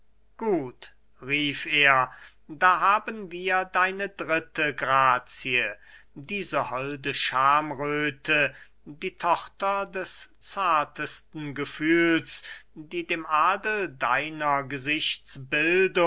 gut rief er da haben wir deine dritte grazie diese holde schamröthe die tochter des zartesten gefühls die dem adel deiner